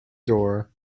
door